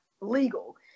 legal